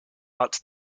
but